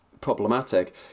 problematic